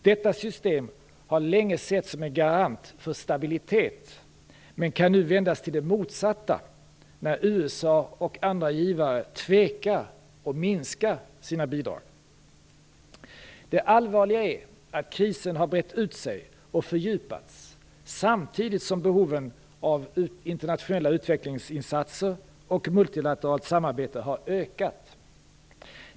Detta system har länge setts som en garant för stabilitet, men kan nu vändas till det motsatta när USA och andra givare tvekar och minskar sina bidrag. Det allvarliga är att krisen har brett ut sig och fördjupats samtidigt som behoven av internationella utvecklingsinsatser och multilateralt samarbete har ökat.